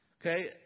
Okay